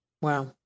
wow